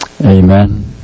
Amen